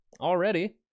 already